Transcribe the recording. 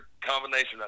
combination